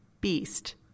beast